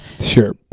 Sure